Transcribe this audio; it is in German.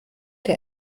der